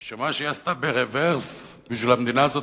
שמה שהיא עשתה ברוורס בשביל המדינה הזאת,